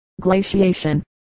glaciation